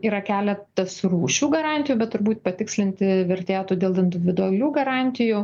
yra keletas rūšių garantijų bet turbūt patikslinti vertėtų dėl individualių garantijų